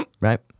right